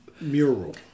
mural